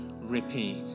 repeat